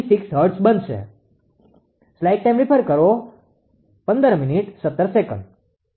036 hertz બનશે